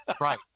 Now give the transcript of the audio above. Right